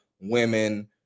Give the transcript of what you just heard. women